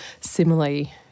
similarly